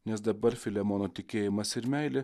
nes dabar filemono tikėjimas ir meilė